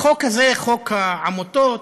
החוק הזה, חוק העמותות,